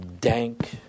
dank